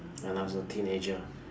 when I was a teenager